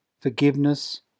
forgiveness